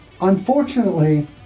unfortunately